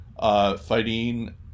fighting